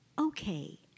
okay